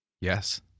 Yes